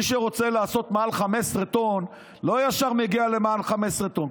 מי שרוצה לעשות מעל 15 טון לא ישר מגיע למעל 15 טון.